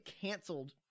canceled